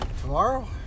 tomorrow